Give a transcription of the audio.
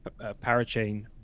parachain